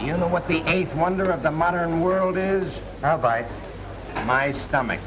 you know what the eighth wonder of the modern world is now by my stomach